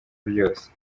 byose